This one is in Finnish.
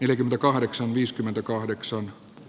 ylitimme kahdeksan viisikymmentäkahdeksan